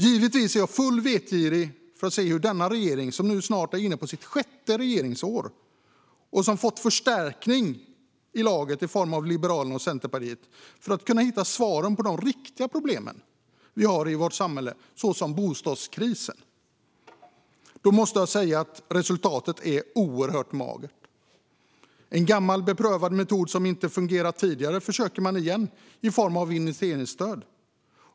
Givetvis är jag full av nyfikenhet på denna regering, som nu snart är inne på sitt sjätte regeringsår och som fått förstärkning i laget i form av Liberalerna och Centerpartiet för att kunna hitta svaren på de riktiga problem vi har i vårt samhälle, såsom bostadskrisen. Jag måste säga att resultatet är oerhört magert. En gammal metod som inte fungerat tidigare försöker man med igen i form av investeringsstöd.